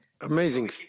Amazing